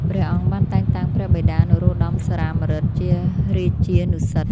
ព្រះអង្គបានតែងតាំងព្រះបិតា នរោត្ដម សុរាម្រិត ជារាជានុសិទ្ធិ។